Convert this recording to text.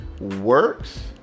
works